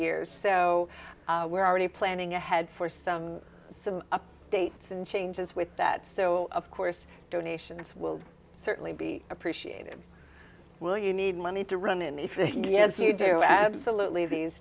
years so we're already planning ahead for some some dates and changes with that so of course donations will certainly be appreciated will you need money to run in if as you do absolutely these